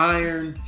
iron